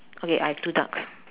okay I have two ducks